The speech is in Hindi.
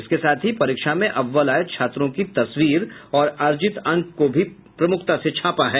इसके साथ ही परीक्षा में अव्वल आये छात्रों की तस्वीर और अर्जित अंक को भी प्रमुखता से छापा है